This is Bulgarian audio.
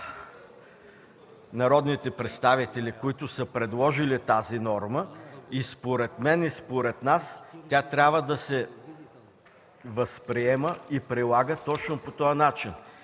народните представители, които са предложили тази норма, а според мен и според нас тя трябва да се възприема и прилага точно по този начин.